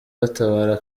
batabara